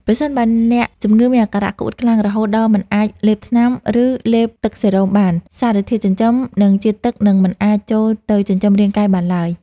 ប្រសិនបើអ្នកជំងឺមានអាការៈក្អួតខ្លាំង រហូតដល់មិនអាចលេបថ្នាំ ឬលេបទឹកសេរ៉ូមបាន សារធាតុចិញ្ចឹម និងជាតិទឹកនឹងមិនអាចចូលទៅចិញ្ចឹមរាងកាយបានឡើយ។